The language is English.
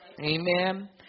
Amen